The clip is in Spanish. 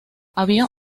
había